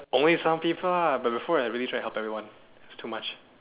only some people ah but before I really tried to help everyone it's too much